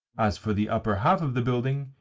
as for the upper half of the building,